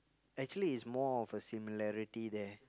actually it's more of a similarity there